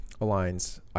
Align's